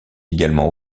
également